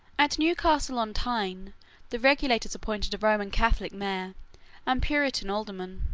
at newcastle on tyne the regulators appointed a roman catholic mayor and puritan alderman.